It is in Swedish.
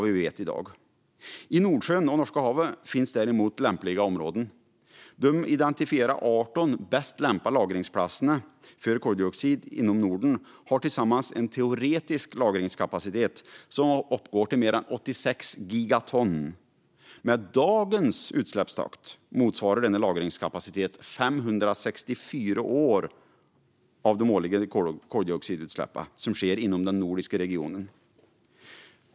I Nordsjön och i Norska havet finns däremot lämpliga områden. De identifierade 18 bäst lämpade lagringsplatserna för koldioxid inom Norden har tillsammans en teoretisk lagringskapacitet som uppgår till mer än 86 gigaton. Med dagens utsläppstakt motsvarar denna lagringskapacitet 564 år av de årliga koldioxidutsläppen inom den nordiska regionen.